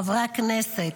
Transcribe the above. חברי הכנסת,